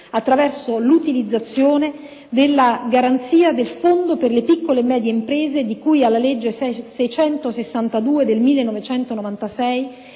attraverso l'utilizzazione della garanzia del Fondo per le piccole e medie imprese, di cui alla legge n. 662 del 1996,